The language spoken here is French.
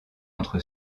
entre